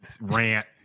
rant